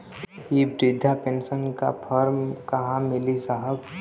इ बृधा पेनसन का फर्म कहाँ मिली साहब?